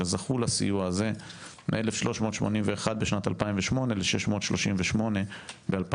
שזכו לסיוע הזה מ-1,381 בשנת 2008 ל-638 ב-2022.